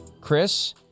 Chris